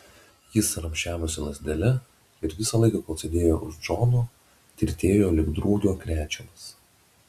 jis ramsčiavosi lazdele ir visą laiką kol sėdėjo už džono tirtėjo lyg drugio krečiamas